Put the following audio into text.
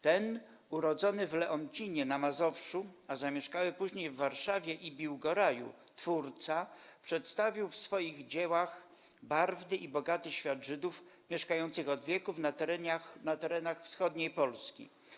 Ten urodzony w Leoncinie na Mazowszu, a zamieszkały później w Warszawie i Biłgoraju twórca przedstawił w swoich dziełach barwny i bogaty świat Żydów mieszkających od wieków na terenach wschodniej Polski.